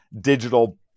digital